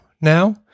now